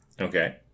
Okay